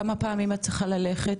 כמה פעמים את צריכה ללכת?